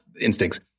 instincts